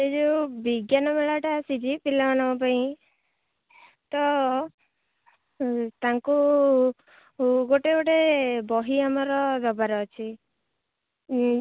ସେଇ ଯୋଉ ବିଜ୍ଞାନ ମେଳାଟା ଆସିଛି ପିଲାମାନଙ୍କ ପାଇଁ ତ ତାଙ୍କୁ ଗୋଟେ ଗୋଟେ ବହି ଆମର ଦେବାର ଅଛି